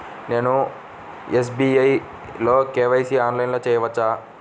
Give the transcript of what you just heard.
నేను ఎస్.బీ.ఐ లో కే.వై.సి ఆన్లైన్లో చేయవచ్చా?